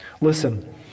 Listen